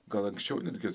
gal anksčiau netgi